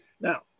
Now